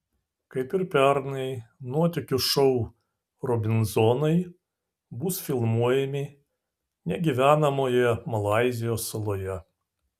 kaip ir pernai nuotykių šou robinzonai bus filmuojami negyvenamoje malaizijos saloje